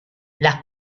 las